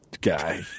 guy